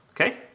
okay